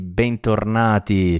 bentornati